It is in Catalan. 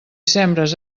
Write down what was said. sembres